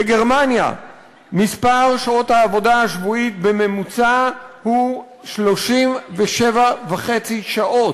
בגרמניה מספר שעות העבודה השבועי הממוצע הוא 37.5 שעות,